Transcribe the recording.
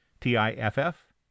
TIFF